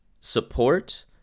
support